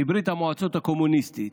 מברית המועצות הקומוניסטית,